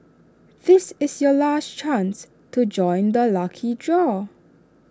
this is your last chance to join the lucky draw